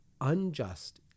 unjust